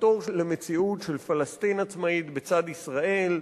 לחתור למציאות של פלסטין עצמאית בצד ישראל,